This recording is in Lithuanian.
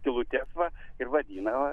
skylutės va ir vadina